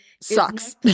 sucks